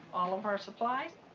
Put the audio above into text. all of our supplies.